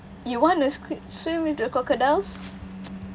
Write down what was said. you want to swim swim with the crocodiles